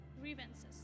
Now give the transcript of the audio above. grievances